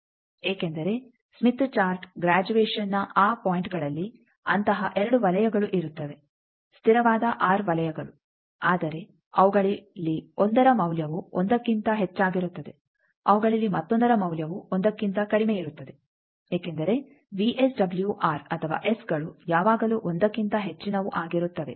ಏಕೆಂದರೆ Smith chart ಗ್ರ್ಯಾಜುಯೇಶನ್ನ ಆ ಪಾಯಿಂಟ್ಗಳಲ್ಲಿ ಅಂತಹ 2 ವಲಯಗಳು ಇರುತ್ತವೆ ಸ್ಥಿರವಾದ ಆರ್ ವಲಯಗಳು ಆದರೆ ಅವುಗಳಲ್ಲಿ 1 ರ ಮೌಲ್ಯವು 1ಕ್ಕಿಂತ ಹೆಚ್ಚಾಗಿರುತ್ತದೆ ಅವುಗಳಲ್ಲಿ ಮತ್ತೊಂದರ ಮೌಲ್ಯವು 1ಕ್ಕಿಂತ ಕಡಿಮೆ ಇರುತ್ತದೆ ಏಕೆಂದರೆ ವಿಎಸ್ಡಬ್ಲ್ಯೂಆರ್ ಅಥವಾ ಎಸ್ ಗಳು ಯಾವಾಗಲೂ ಒಂದಕ್ಕಿಂತ ಹೆಚ್ಚಿನವು ಆಗಿರುತ್ತವೆ